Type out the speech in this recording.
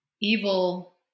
evil